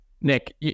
Nick